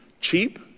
cheap